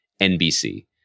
NBC